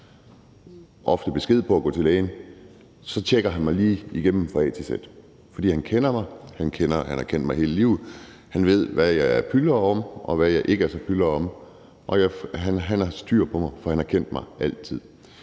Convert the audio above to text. offentlige om at gå til lægen, at tjekke mig igennem fra A til Z. For han kender mig, han har kendt mig hele livet, og han ved, hvad jeg er pylret om, og hvad jeg ikke er så pylret om. Han har styr på mig, fordi han har kendt mig altid,